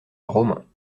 romain